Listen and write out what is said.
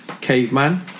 caveman